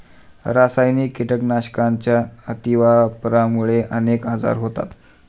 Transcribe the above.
रासायनिक कीटकनाशकांच्या अतिवापरामुळे अनेक आजार होतात